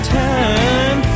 time